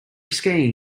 skiing